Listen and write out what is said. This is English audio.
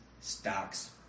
stocks